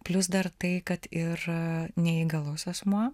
plius dar tai kad ir neįgalus asmuo